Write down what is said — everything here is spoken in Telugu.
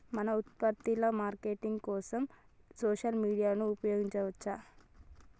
మన ఉత్పత్తుల మార్కెటింగ్ కోసం సోషల్ మీడియాను ఉపయోగించవచ్చా?